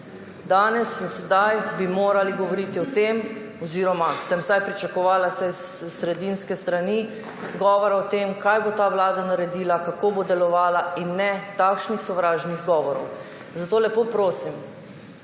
Danes in sedaj bi morali govoriti o tem oziroma sem vsaj pričakovala s sredinske strani govore o tem, kaj bo ta vlada naredila, kako bo delovala, in ne takšnih sovražnih govorov. Zato lepo prosim,